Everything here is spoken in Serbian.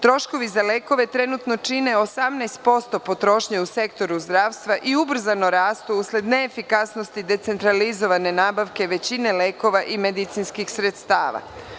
Troškovi za lekove trenutno čine 18% potrošnje u sektoru zdravstva i ubrzano rastu usled neefikasnosti decentralizovane nabavke većine lekova i medicinskih sredstava.